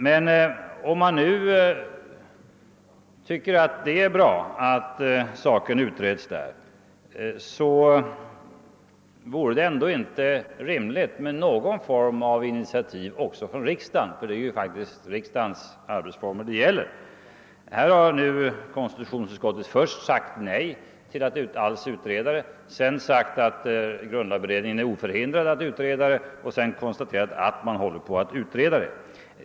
Men om man nu tycker att det är bra att saken utreds, vore det väl ändå rimligt med någon form av initiativ också från riksdagen — det är ju riksdagens arbetsformer det gäller. Nu har konstitutionsutskottet först sagt nej till förslaget att utreda denna fråga, sedan att grundlagberedningen är oförhindrad att utreda den och slutligen meddelat att grundlagberedningen håller på att utreda den.